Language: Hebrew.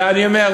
ואני אומר,